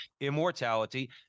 Immortality